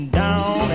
down